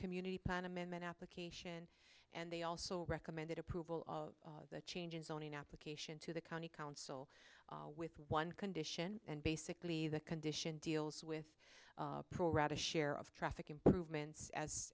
community plan amendment application and they also recommended approval of the changes zoning application to the county council with one condition and basically the condition deals with pro rata share of traffic improvements as